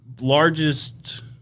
largest